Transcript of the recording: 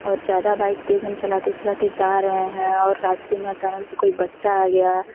और ज़्यादा बाइक तेज़ हम चलाते चलाते जा रहे हैं और रास्ते में अचानक से कोई बच्चा आ गया